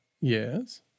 Yes